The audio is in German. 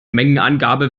mengenangabe